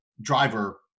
driver